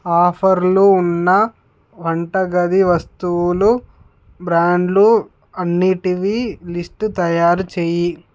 ఆఫర్లు ఉన్న వంటగది వస్తువులు బ్రాండ్లు అన్నిటివి లిస్టు తయారు చేయి